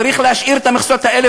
צריך להשאיר את המכסות האלה,